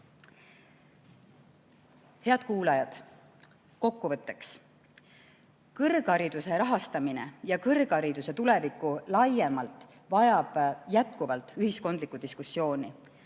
Head kuulajad! Kokkuvõtteks: kõrghariduse rahastamine ja kõrghariduse tulevik laiemalt vajab jätkuvalt ühiskondlikku diskussiooni.